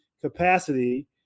capacity